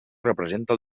representa